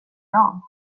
dam